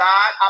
God